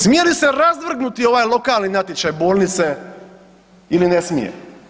Smije li se razvrgnuti ovaj lokalni natječaj bolnice ili ne smije?